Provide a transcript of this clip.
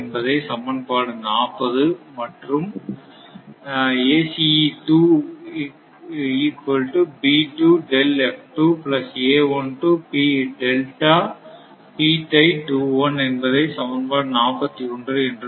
என்பதை சமன்பாடு 40 மற்றும்